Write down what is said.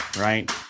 right